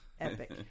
epic